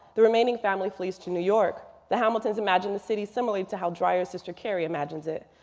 the remaining family flees to new york. the hamiltons imagine the city similar to how dreiser's sister carrie imagines it.